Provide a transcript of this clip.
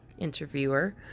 interviewer